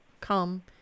come